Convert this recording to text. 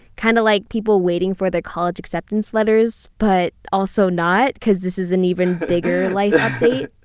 kind of like people waiting for their college acceptance letters, but also not because this is an even bigger life date?